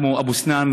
כמו: אבו-סנאן,